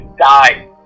Die